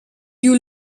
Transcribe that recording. you